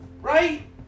Right